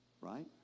Right